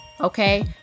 okay